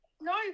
No